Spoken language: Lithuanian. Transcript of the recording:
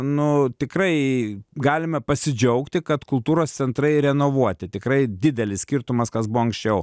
nu tikrai galime pasidžiaugti kad kultūros centrai renovuoti tikrai didelis skirtumas kas buvo anksčiau